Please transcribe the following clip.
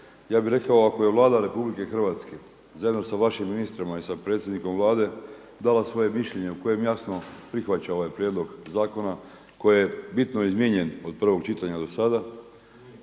Ja bih rekao ako je Vlada RH zajedno sa vašim ministrima i sa predsjednikom Vlade dala svoje mišljenje u kojem jasno prihvaća ovaj prijedlog zakona koji je bitno izmijenjen od prvog čitanja do sada,